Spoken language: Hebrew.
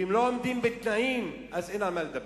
אם לא עומדים בתנאים, אז אין על מה לדבר.